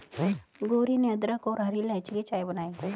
गौरी ने अदरक और हरी इलायची की चाय बनाई